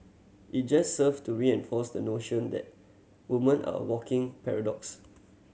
it just serve to reinforce the notion that woman are walking paradox